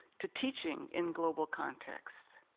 to teaching in global contexts,